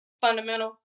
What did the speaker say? fundamental